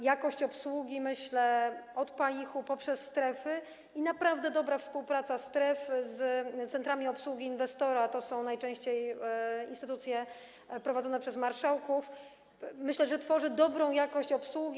Jakość obsługi, myślę, od PAiH-u poprzez strefy i naprawdę dobra współpraca stref z centrami obsługi inwestora to są najczęściej instytucje prowadzone przez marszałków, myślę, że to tworzy dobrą jakość obsługi.